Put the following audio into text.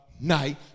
Night